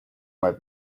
might